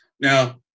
Now